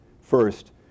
First